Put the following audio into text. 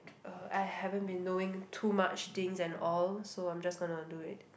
uh I haven't been doing too much things and all so I'm just gonna do it